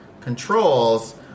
controls